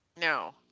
no